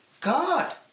God